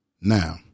Now